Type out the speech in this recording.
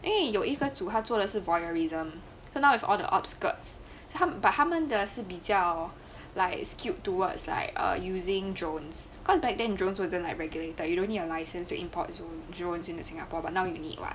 eh 有一个组他做的是 voyeurism so now if all the upskirts 他 but 他们的是比较 like skewed towards like using drones cause back then drones wasnt like regulated you don't need a license to import drones drones into singapore but now you need what